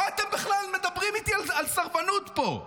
מה אתם בכלל מדברים איתי על סרבנות פה?